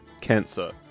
cancer